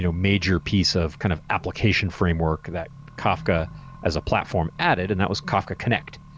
you know major piece of kind of application framework that kafka as a platform added, and that was kafka connect.